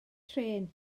trên